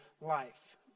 life